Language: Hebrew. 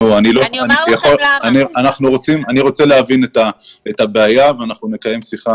אני רוצה להבין את הבעיה ואנחנו נקיים שיחה.